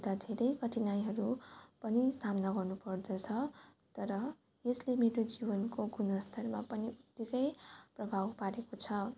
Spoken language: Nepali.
पुग्दा धेरै कठिनाइहरू पनि सामना गर्नु पर्दछ तर यसले मेरो जीवनको गुणस्तरमा पनि निकै प्रभाव पारेको छ